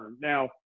Now